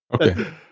Okay